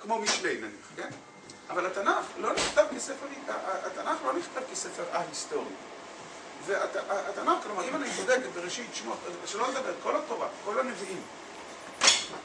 כמו משלי נניח, כן? אבל התנ״ך לא נכתב כספר א-היסטורי והתנ״ך, כלומר, אם אני מדבר בראשית שמות שלא לדבר כל התורה, כל הנביאים